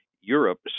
Europe